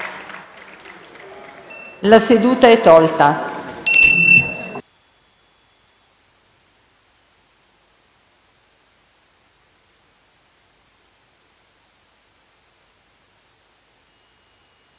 La seduta è tolta